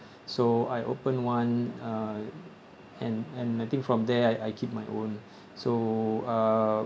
so I opened one uh and and I think from there I I keep my own so uh